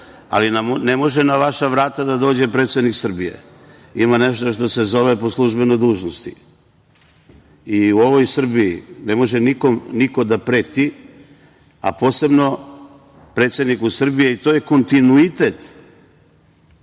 Ali, ne može na vaša vrata da dođe predsednik Srbije. Ima nešto što se zove po službenoj dužnosti.U ovoj Srbiji ne može niko nikome da preti, a posebno predsedniku Srbije. To je kontinuitet,